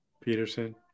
Peterson